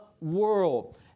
world